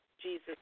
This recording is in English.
Jesus